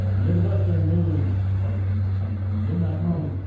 ah midwestern moods are the names of some of the midnight moon.